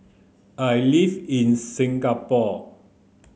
I live in Singapore